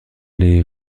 les